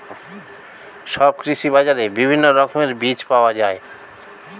সব কৃষি বাজারে বিভিন্ন রকমের বীজ পাওয়া যায়